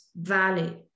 Valley